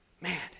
Man